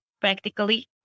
Practically